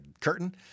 curtain